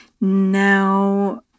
Now